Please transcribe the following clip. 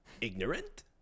ignorant